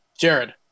Jared